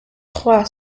trois